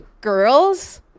girls